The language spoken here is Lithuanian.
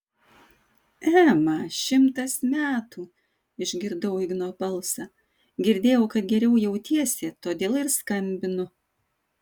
ema šimtas metų išgirdau igno balsą girdėjau kad geriau jautiesi todėl ir skambinu